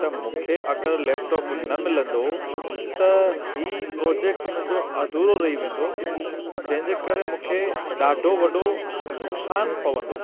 त मूंखे अगरि लैपटॉप न मिलंदो त हीउ प्रोजेक्ट मुंहिंजो अधुरो रही वेंदो जंहिंजे करे मूंखे ॾाढो वॾो नुक़सान पवंदो